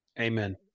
Amen